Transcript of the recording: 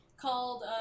called